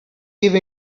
give